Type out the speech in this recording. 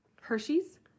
Hershey's